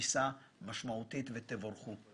מתפיסה משמעותית - תבורכו.